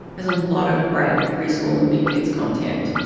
there's a lot of great preschool and big kids content